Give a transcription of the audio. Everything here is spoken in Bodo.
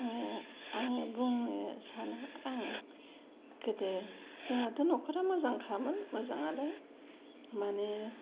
आङो आङो बुंनो सानो आं गोदो जोंनाथ' नखरा मोजांखामोन मोजाङालाय माने